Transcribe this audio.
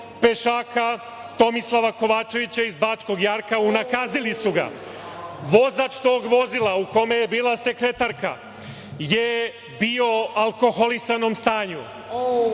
pešaka Tomislava Kovačevića iz Bačkog jarka. Unakazili su ga. Vozač tog vozila u kome je bila sekretarka je bio u alkoholisanom stanju.